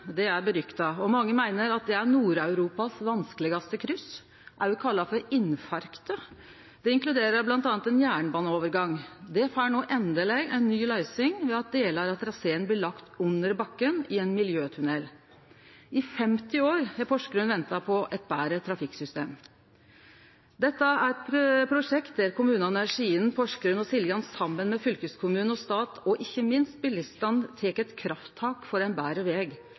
Lilleelvkrysset er berykta, og mange meiner det er Nord-Europas vanskelegaste kryss, òg kalla for «infarktet». Krysset inkluderer bl.a. ein jernbaneovergang som endeleg får ei ny løysing ved at delar av traseen blir lagde under bakken i ein miljøtunnel. I 50 år har Porsgrunn venta på eit betre trafikksystem. Dette er eit prosjekt der kommunane Skien, Porsgrunn og Siljan saman med fylkeskommune og stat, og ikkje minst bilistane, tek eit krafttak for betre veg